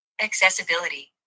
accessibility